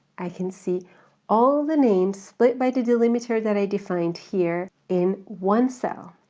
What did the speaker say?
i can see all the names, split by the delimiter that i defined here in one cell.